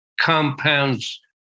compounds